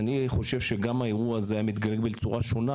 אני חושב שגם האירוע הזה היה מתגלגל בצורה שונה